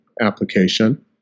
application